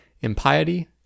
impiety